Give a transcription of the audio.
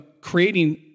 creating